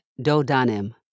Dodanim